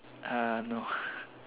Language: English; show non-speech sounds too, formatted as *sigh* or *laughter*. err no *laughs*